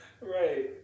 Right